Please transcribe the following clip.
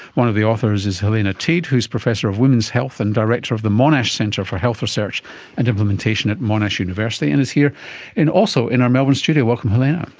one of the authors is helena teede who is professor of women's health and director of the monash centre for health research and implementation at monash university and is here and also in our melbourne studio. welcome helena.